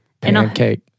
pancake